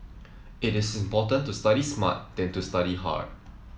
it is more important to study smart than to study hard